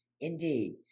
Indeed